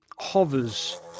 hovers